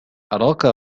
أراك